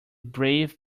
brave